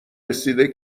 رسیده